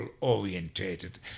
orientated